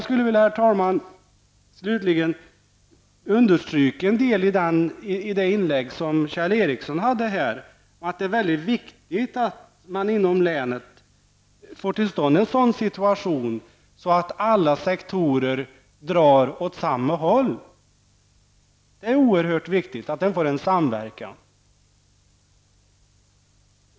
Slutligen, herr talman, skulle jag vilja understryka en del i det inlägg som Kjell Ericsson gjorde, att det är väldigt viktigt att man inom länet får till stånd en sådan situation att alla sektorer drar åt samma håll. Det är oerhört viktigt att det sker en samverkan.